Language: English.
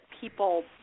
people